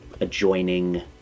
adjoining